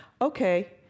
okay